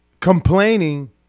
Complaining